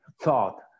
thought